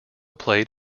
played